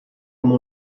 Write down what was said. come